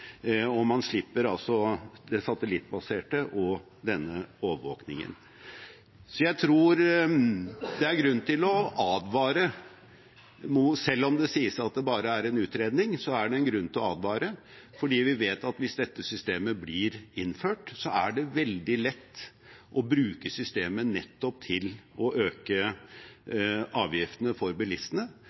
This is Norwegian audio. og man slipper det satellittbaserte og denne overvåkningen. Så jeg tror det er grunn til å advare – selv om det sies at det bare er en utredning, er det grunn til å advare, for vi vet at hvis dette systemet blir innført, er det veldig lett å bruke systemet til å øke avgiftene for bilistene.